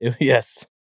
Yes